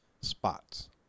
spots